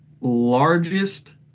largest